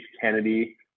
Kennedy